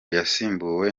yasimbuwe